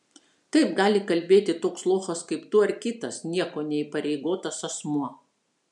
taip gali kalbėti toks lochas kaip tu ar kitas niekuo neįpareigotas asmuo